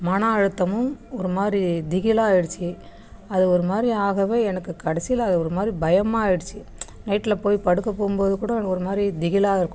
மன அழுத்தமும் ஒரு மாதிரி திகிலாக ஆயிடுச்சு அது ஒரு மாதிரி ஆகவே எனக்கு கடைசியில் அது ஒரு மாதிரி பயமாயிடுச்சு நைட்டில் போய் படுக்கப் போகும்போது கூட எனக்கு ஒரு மாதிரி திகிலாக இருக்கும்